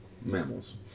mammals